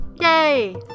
Yay